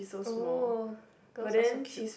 oh girls are so cute